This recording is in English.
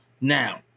Now